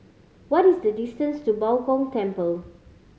what is the distance to Bao Gong Temple